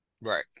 Right